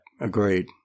agreed